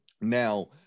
Now